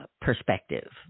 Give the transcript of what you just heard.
perspective